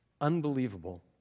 Unbelievable